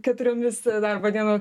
keturiomis darbo dienų